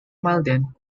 malden